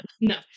No